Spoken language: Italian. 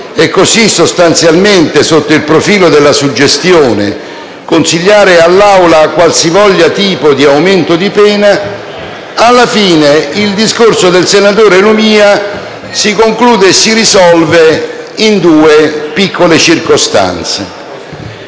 e, così, sostanzialmente, sotto il profilo della suggestione, consigliarle qualsivoglia tipo di aumento di pena, alla fine il discorso del senatore Lumia si conclude e si risolve in due piccole circostanze.